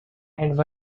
and